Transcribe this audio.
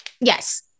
Yes